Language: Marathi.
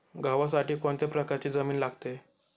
गव्हासाठी कोणत्या प्रकारची जमीन लागते?